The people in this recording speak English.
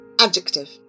Adjective